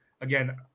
again